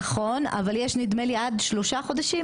נכון אבל יש נדמה לי עד שלושה חודשים,